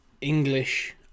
English